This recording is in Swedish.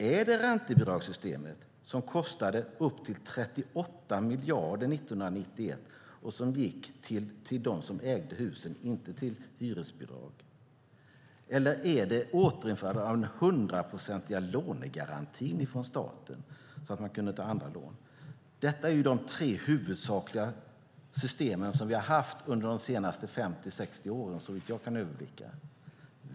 Är det räntebidragssystemet, som kostade upp till 38 miljarder 1991 och gick till dem som ägde husen, inte till hyresbidrag? Eller är det återinförande av den hundraprocentiga lånegarantin från staten så att man kan ta andra lån? Det är de tre huvudsakliga system som vi har haft under de senaste 50-60 åren, såvitt jag kan överblicka.